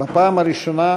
בפעם הראשונה,